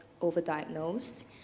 overdiagnosed